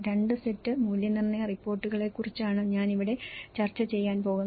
രണ്ട് സെറ്റ് മൂല്യനിർണ്ണയ റിപ്പോർട്ടുകളെക്കുറിച്ചാണ് ഞാൻ ഇവിടെ ചർച്ച ചെയ്യാൻ പോകുന്നത്